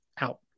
out